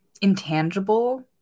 intangible